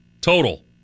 total